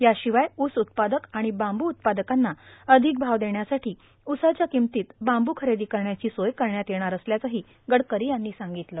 या्राशवाय ऊस उत्पादक आर्मण बांबू उत्पादकांना आधक भाव देण्यासाठों उसाच्या ांकमतीत बांबू खरेदो करण्याची सोय करण्यात येणार असल्याचंहा गडकरा यांनी सांगतलं